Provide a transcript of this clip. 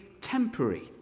temporary